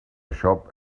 shop